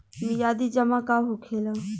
मियादी जमा का होखेला?